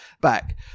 back